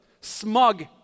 smug